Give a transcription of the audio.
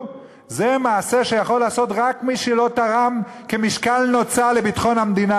זה מעשה שיכול לעשות רק מי שלא תרם כמשקל נוצה לביטחון המדינה,